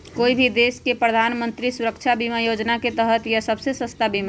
कोई भी देश के प्रधानमंत्री सुरक्षा बीमा योजना के तहत यह सबसे सस्ता बीमा हई